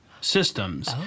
systems